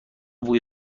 بوی